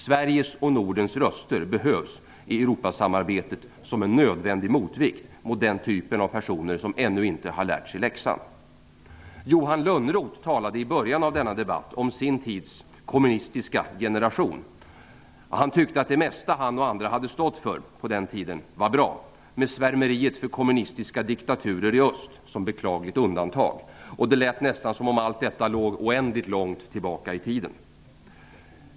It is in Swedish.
Sveriges och Nordens röster behövs i Europasamarbetet som en nödvändig motvikt mot den typen av personer som ännu inte har lärt sig läxan. Johan Lönnroth talade i början av denna debatt om sin tids kommunistiska generation. Han tyckte att det mesta som han och andra hade stått för på den tiden var bra med svärmeriet för kommunistiska diktaturer i öst som beklagligt undantag. Det lät nästan som om allt detta låg oändligt långt tillbaka i tiden.